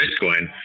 Bitcoin